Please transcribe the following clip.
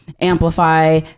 amplify